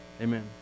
Amen